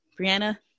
Brianna